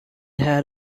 had